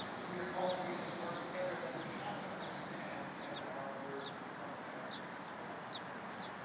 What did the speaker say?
if we are called to be in this work together, then we have to understand when our words become barriers to full participation.